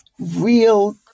real